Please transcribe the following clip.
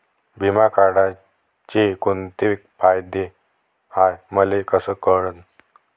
बिमा काढाचे कोंते फायदे हाय मले कस कळन?